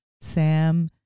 sam